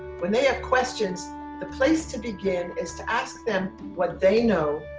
when they have questions the place to begin is to ask them what they know,